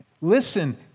Listen